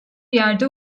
yerde